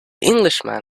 englishman